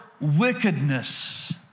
wickedness